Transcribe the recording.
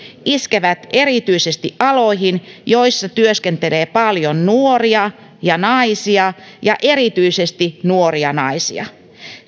iskevät erityisesti aloihin joilla työskentelee paljon nuoria ja naisia ja erityisesti nuoria naisia